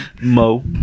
Mo